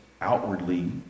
outwardly